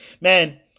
Man